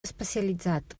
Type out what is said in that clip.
especialitzat